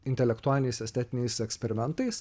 intelektualiniais estetiniais eksperimentais